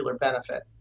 benefit